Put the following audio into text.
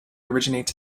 originates